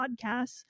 Podcasts